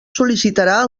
sol·licitarà